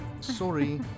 Sorry